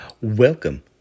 Welcome